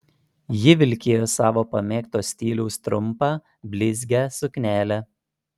ji vilkėjo savo pamėgto stiliaus trumpą blizgią suknelę